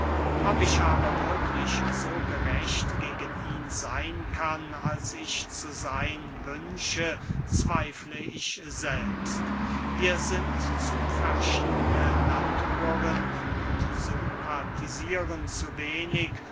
ob ich aber wirklich so gerecht gegen ihn seyn kann als ich zu seyn wünsche zweifle ich selbst wir sind zu verschiedene naturen und sympathisieren zu wenig